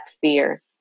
fear